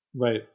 Right